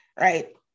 right